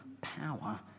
power